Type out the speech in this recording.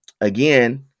again